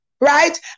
Right